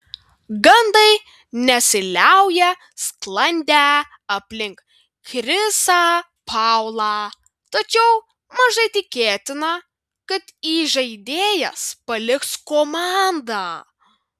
gandai nesiliauja sklandę aplink chrisą paulą tačiau mažai tikėtina kad įžaidėjas paliks komandą